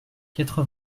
quatre